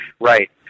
Right